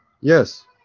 yes